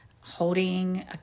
holding